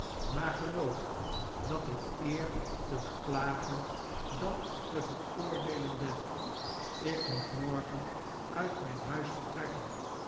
maar geloof dat ik eer te beklagen dan te veroordeelen ben ik moet morgen uit mijn huis vertrekken